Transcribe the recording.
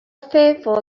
fearful